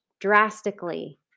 drastically